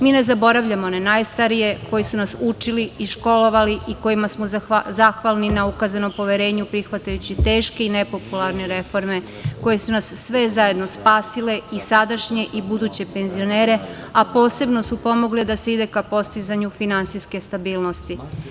Mi ne zaboravljamo na najstarije koji su nas učili, školovali i kojima smo zahvalni na ukazanom poverenju, prihvatajući teške i nepopularne reforme koje su nas sve zajedno spasile i sadašnje i buduće penzionere, a posebno su pomogle da se ide ka postizanju finansijske stabilnosti.